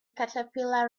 caterpillar